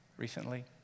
recently